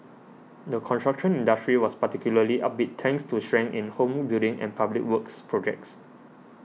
the construction industry was particularly upbeat thanks to strength in home building and public works projects